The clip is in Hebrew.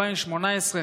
ב-2018,